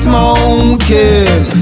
Smoking